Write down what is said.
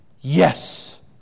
yes